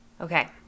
okay